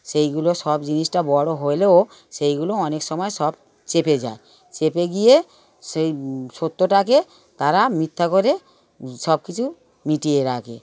সেগুলো সব জিনিসটা বড় হলেও সেগুলো অনেক সময় সব চেপে যায় চেপে গিয়ে সেই সত্যটাকে তারা মিথ্যা করে সব কিছু মিটিয়ে রাখে